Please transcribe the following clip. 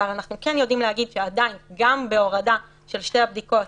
אבל אנחנו כן יודעים להגיד שגם בהורדה של שתי הבדיקות,